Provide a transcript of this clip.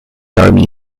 army